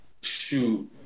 shoot